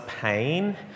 pain